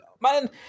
Man